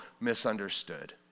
misunderstood